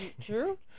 true